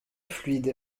fluide